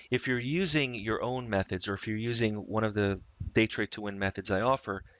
if you're using your own methods, or if you're using one of the data to win methods, i offer,